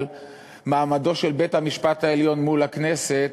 על מעמדו של בית-המשפט העליון מול הכנסת